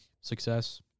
success